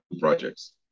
projects